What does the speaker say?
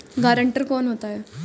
Guarantor कौन होता है?